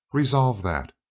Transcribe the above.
resolve that,